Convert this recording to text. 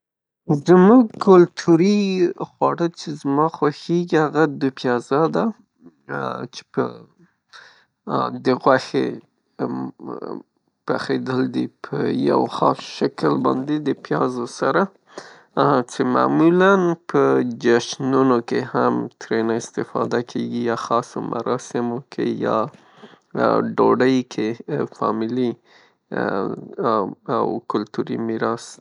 زمونږ کلتوري خواړه هغه څې زما خوښیږي هغه دوپیاازه ده، هغه چې د غوښې پخیدل دي په یو خاص شکل باندې د پیازو سره چه معمولاً په جشنونو کې هم ترېنه استفاده کیږي، یا خاصو مراسمو کې یا ډوډی کې فامیلي او کلتوري میراث.